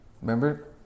Remember